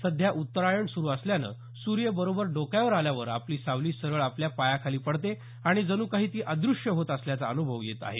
सध्या उत्तरायण सुरु असल्यामुळे सूर्य बरोबर डोक्यावर आल्यावर आपली सावली सरळ आपल्या पायाखाली पडते आणि जणू काही ती अद्रष्य होत असल्याचा अनुभव येत आहे